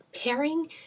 Pairing